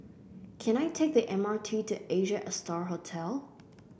can I take the M R T to Asia Star Hotel